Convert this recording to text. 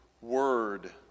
word